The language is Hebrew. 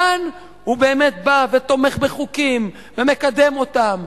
כאן הוא באמת בא ותומך בחוקים ומקדם אותם.